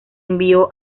envió